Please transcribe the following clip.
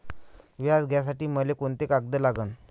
व्याज घ्यासाठी मले कोंते कागद लागन?